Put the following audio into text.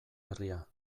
herria